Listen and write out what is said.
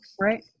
Right